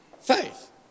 faith